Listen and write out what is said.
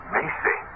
Macy